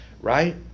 right